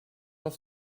auf